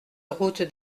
route